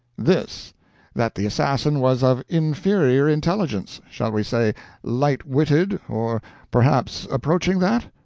this that the assassin was of inferior intelligence shall we say light-witted, or perhaps approaching that?